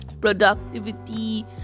productivity